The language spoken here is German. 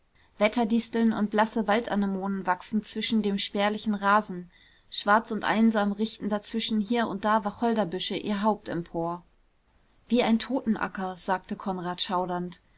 wetterdisteln und blasse waldanemonen wachsen zwischen dem spärlichen rasen schwarz und einsam richten dazwischen hier und da wacholderbüsche ihr haupt empor wie ein totenacker sagte konrad schaudernd